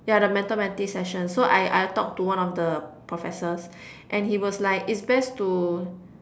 yeah the mentor mentee session so I I talked to one of the professors and he was like it's best to